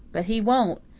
but he won't.